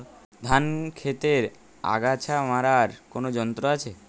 ধান ক্ষেতের আগাছা মারার কোন যন্ত্র আছে?